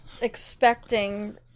expecting